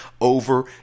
over